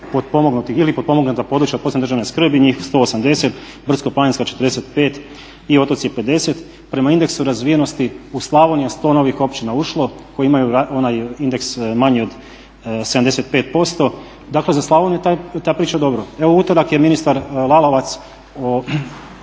ili potpomognuta područja od posebne državne skrbi njih 180, brdsko-planinska 45 i otoci 50 prema indeksu razvijenosti u Slavoniju je 100 novih općina ušlo koji imaju indeks manji od 75%. Dakle za Slavoniju je ta priča dobro. Evo u utorak je ministar Lalovac